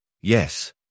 Yes